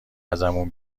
ازمون